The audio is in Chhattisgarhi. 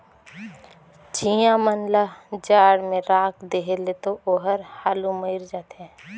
चिंया मन ल जाड़ में राख देहे ले तो ओहर हालु मइर जाथे